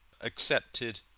accepted